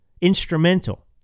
instrumental